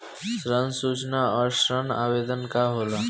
ऋण सूचना और ऋण आवेदन का होला?